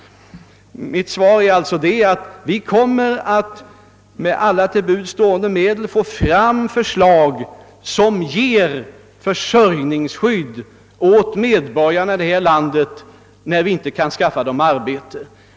Mitt svar är alltså, att vi med alla till buds stående medel skall försöka få fram förslag om åtgärder som ger försörjningsskydd åt medborgarna i vårt land, när vi inte kan skaffa dem arbete.